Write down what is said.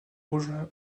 rouge